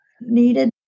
needed